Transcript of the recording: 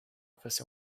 office